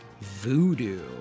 Voodoo